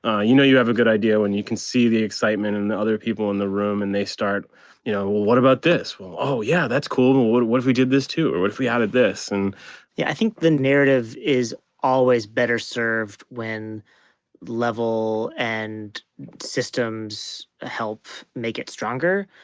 ah you know you have a good idea when you can see the excitement and the other people in the room and they start you know what about this? well, oh, yeah, that's cool what what if we did this too or what if we added this and yeah, i think the narrative is always better served when level and systems ah help make it stronger.